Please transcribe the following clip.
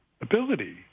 ability